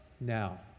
now